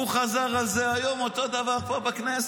הוא חזר על זה היום, אותו דבר, פה בכנסת,